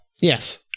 yes